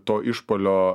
to išpuolio